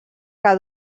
que